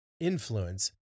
influence